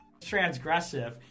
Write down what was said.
Transgressive